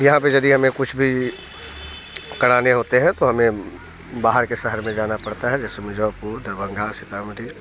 यहाँ पे यदि हमें कुछ भी कराने होते हैं तो हमें बाहर के शहर में जाना पड़ता है जैसे मिर्जापुर दरभंगा सीतामढ़ी